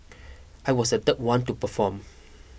I was the third one to perform